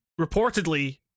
reportedly